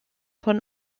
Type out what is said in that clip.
von